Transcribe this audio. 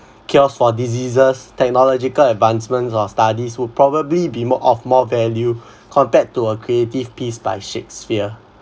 cures for diseases technological advancements or studies would probably be more of more value compared to a creative piece by shakespeare